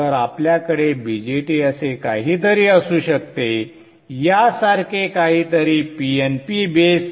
तर आपल्याकडे BJT असे काहीतरी असू शकते यासारखे काहीतरी PNP बेस